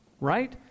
right